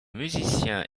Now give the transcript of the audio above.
musicien